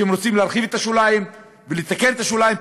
ואם רוצים להרחיב את השוליים ולתקן את השוליים,